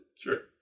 Sure